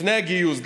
לפני הגיוס,